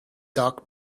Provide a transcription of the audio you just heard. dark